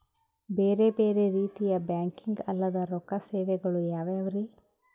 ಬೇರೆ ಬೇರೆ ರೀತಿಯ ಬ್ಯಾಂಕಿಂಗ್ ಅಲ್ಲದ ರೊಕ್ಕ ಸೇವೆಗಳು ಯಾವ್ಯಾವ್ರಿ?